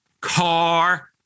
Car